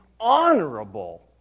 honorable